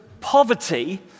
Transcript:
poverty